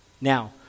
Now